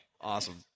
awesome